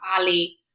Ali